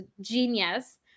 genius